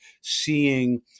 seeing